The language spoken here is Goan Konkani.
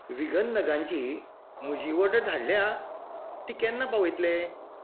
व्हीगन नगांची म्हजी वॉर्डर धाडल्या ती केन्ना पावयतले